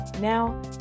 Now